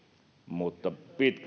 mutta